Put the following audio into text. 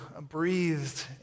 breathed